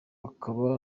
akaba